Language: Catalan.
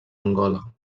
angola